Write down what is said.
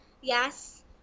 Yes